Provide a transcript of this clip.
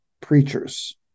preachers